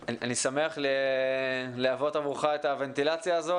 אני שמח להוות עבורך את הוונטלציה הזאת.